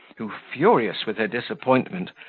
who, furious with her disappointment,